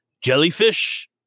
jellyfish